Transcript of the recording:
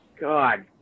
God